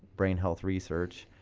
brain health research,